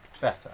...better